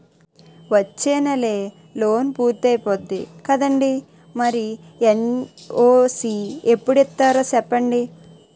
వచ్చేనెలే లోన్ పూర్తయిపోద్ది కదండీ మరి ఎన్.ఓ.సి ఎప్పుడు ఇత్తారో సెప్పండి